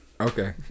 Okay